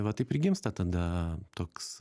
va taip ir gimsta tada toks